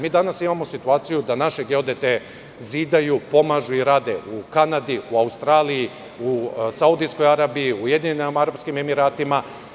Mi danas imamo situaciju da naše geodete zidaju, pomažu i rade u Kanadi, u Australiji, u Saudijskoj Arabiji, u Ujedinjenim Arapskim Emiratima.